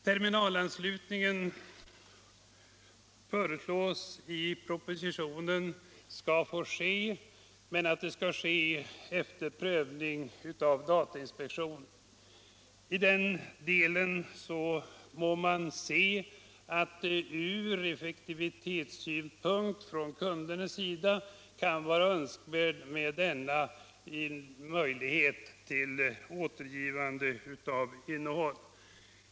Terminalanslutning föreslås i propositionen få ske, men det anförs att den skall ske efter prövning av datainspektionen. I den delen må man se att det för kundernas del ur effektivitetssynpunkt kan vara önskvärt med denna möjlighet till återgivande av innehåll.